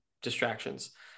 distractions